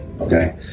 Okay